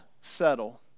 settle